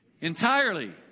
Entirely